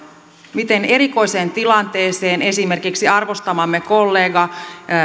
miten eriskummalliseen tilanteeseen joutuu esimerkiksi arvostamamme kollega